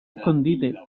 escondite